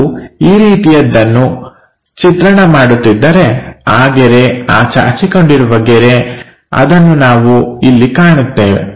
ನಾವು ಈ ರೀತಿಯದ್ದುನ್ನು ಚಿತ್ರಣ ಮಾಡುತ್ತಿದ್ದರೆ ಆ ಗೆರೆ ಆ ಚಾಚಿಕೊಂಡಿರುವ ಗೆರೆ ಅದನ್ನು ನಾವು ಇಲ್ಲಿ ಕಾಣುತ್ತೇವೆ